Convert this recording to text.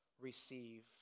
receive